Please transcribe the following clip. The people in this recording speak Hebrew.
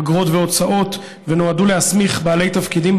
אגרות והוצאות ונועדו להסמיך בעלי תפקידים